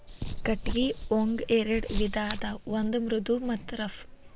ಕಟಗಿ ಒಂಗ ಎರೆಡ ವಿಧಾ ಅದಾವ ಒಂದ ಮೃದು ಮತ್ತ ರಫ್